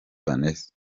vanessa